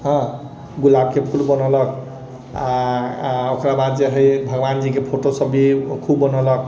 हँ गुलाबके फूल बनौलक आओर ओकरा बाद जे हइ भगवानजीके फोटोसब भी ओ खूब बनौलक